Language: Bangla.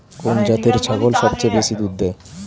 কোন জাতের ছাগল সবচেয়ে বেশি দুধ দেয়?